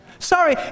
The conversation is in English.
Sorry